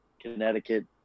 connecticut